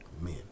men